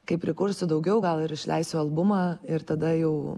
kai prikursiu daugiau gal ir išleisiu albumą ir tada jau